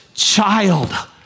child